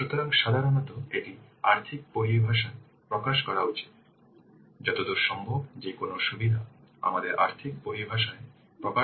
সুতরাং সাধারণত এটি আর্থিক পরিভাষায় প্রকাশ করা উচিত যতদূর সম্ভব যে কোনও সুবিধা আমাদের আর্থিক পরিভাষায় প্রকাশ করার চেষ্টা করা পর্যবেক্ষণের শর্তে হতে পারে